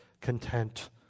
content